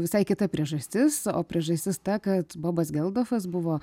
visai kita priežastis o priežastis ta kad bobas geldofas buvo